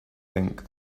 think